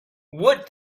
would